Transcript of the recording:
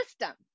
system